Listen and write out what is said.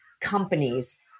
companies